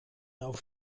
auf